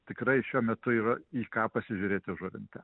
tikrai šiuo metu yra į ką pasižiūrėti žuvinte